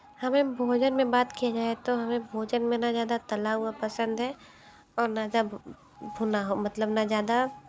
हमें भोजन में बात किया जाए तो हमें भोजन में ना ज़्यादा तला हुआ पसंद है और ना भुना मतलब ना ज़्यादा